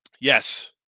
Yes